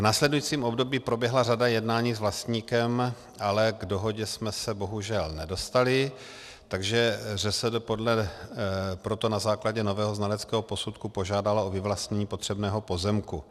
V následujícím období proběhla řada jednání s vlastníkem, ale k dohodě jsme se bohužel nedostali, takže ŘSD proto na základě nového znaleckého posudku požádalo o vyvlastnění potřebného pozemku.